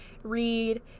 read